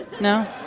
No